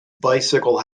bicycle